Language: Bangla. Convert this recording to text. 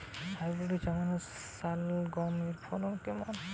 হাইব্রিড জার্মান শালগম এর ফলন কেমন?